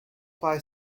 phi